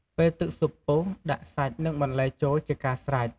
ពេលទឹកស៊ុបពុះដាក់សាច់និងបន្លែចូលជាការស្រេច។